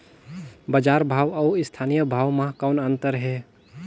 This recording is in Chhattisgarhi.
बजार भाव अउ स्थानीय भाव म कौन अन्तर हे?